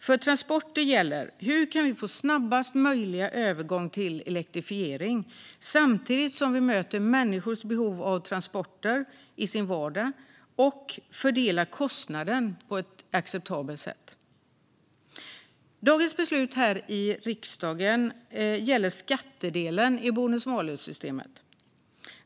För transporter gäller följande: Hur kan vi få snabbast möjliga övergång till elektrifiering samtidigt som vi möter människors behov av transporter i vardagen och fördelar kostnaden på ett acceptabelt sätt? Dagens beslut här i riksdagen gäller skattedelen i bonus-malus-systemet.